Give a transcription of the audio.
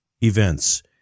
events